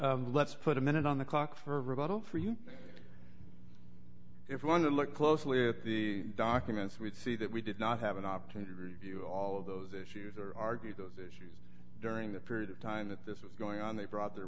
let's put a minute on the clock for rebuttal for you if you want to look closely at the documents we see that we did not have an opportunity to review all of those issues or argue those issues during the period of time that this was going on they brought their